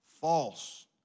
false